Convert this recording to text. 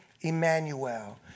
Emmanuel